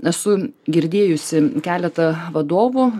esu girdėjusi keletą vadovų